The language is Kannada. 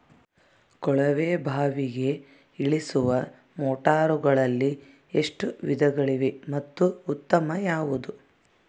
ಕೊಳವೆ ಬಾವಿಗೆ ಇಳಿಸುವ ಮೋಟಾರುಗಳಲ್ಲಿ ಎಷ್ಟು ವಿಧಗಳಿವೆ ಮತ್ತು ಉತ್ತಮ ಯಾವುದು?